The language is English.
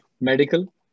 Medical